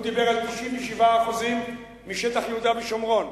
הוא דיבר על 97% משטח יהודה ושומרון.